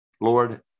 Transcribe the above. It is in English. Lord